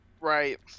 right